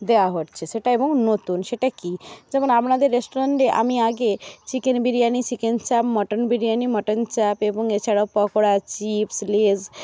দেওয়া হচ্ছে সেটা এবং নতুন সেটা কি যেমন আপনাদের রেস্টুরেন্টে আমি আগে চিকেন বিরিয়ানি চিকেন চাপ মটন বিরিয়ানি মটন চাপ এবং এছাড়াও পকোড়া চিপস লেস